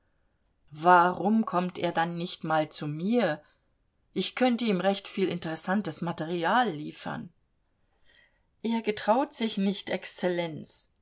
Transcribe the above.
warum kommt er dann nicht mal zu mir ich könnte ihm recht viel interessantes material liefern er getraut sich nicht exzellenz